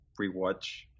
rewatch